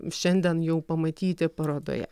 šiandien jau pamatyti parodoje